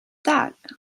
that